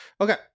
Okay